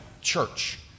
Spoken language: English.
church